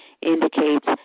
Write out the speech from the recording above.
indicates